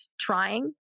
trying